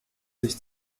sich